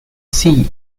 see